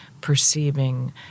perceiving